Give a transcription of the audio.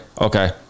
Okay